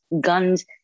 guns